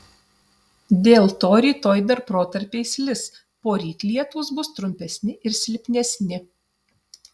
dėl to rytoj dar protarpiais lis poryt lietūs bus trumpesni ir silpnesni